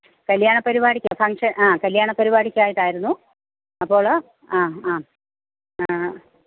കല്യാണ പരിപാടിക്കാണ് ഫങ്ങ്ഷന് ആ കല്യാണ പരിപാടിക്കായിട്ടായിരുന്നു അപ്പോൾ ആ ആ